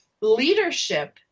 leadership